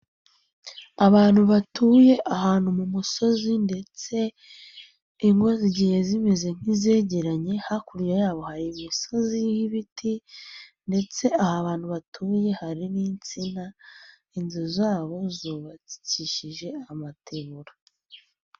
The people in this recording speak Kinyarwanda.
Abantu batuye ahantu mu musozi ndetse ingo zigiye zimeze nk'izegeranye, hakurya yaho hari imisozi iriho ibiti ndetse aho abantu batuye hari n'insina, inzu zabo zubakishije amateguri.